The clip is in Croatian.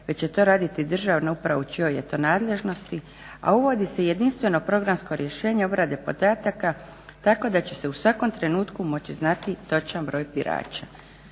već će to raditi državna uprava u čijoj je to nadležnosti, a uvodi se i jedinstveno programsko rješenje obrade podataka tako da će se u svakom trenutku moći znati točan broj birača.